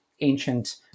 ancient